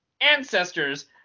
ancestors